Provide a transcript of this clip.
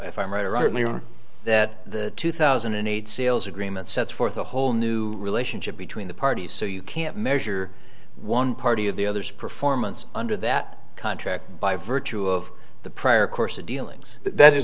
if i'm right or right near that the two thousand and eight sales agreement sets forth a whole new relationship between the parties so you can't measure one party of the other's performance under that contract by virtue of the prior course of dealings that is